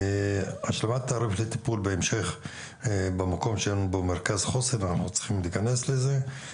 השלמת טיפול בהמשך במקום שאין בו מרכז חוסן אנחנו צריכים להיכנס לזה.